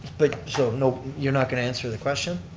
but so no, you're not going to answer the question?